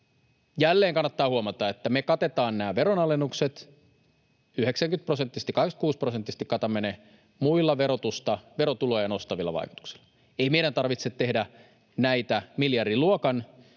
Jälleen kannattaa huomata, että me katetaan nämä veronalennukset 90-prosenttisesti, 86-prosenttisesti katamme ne, muilla verotuloja nostavilla vaikutuksilla. Ei meidän tarvitse tehdä näitä miljardiluokan